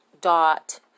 dot